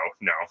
no